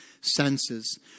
senses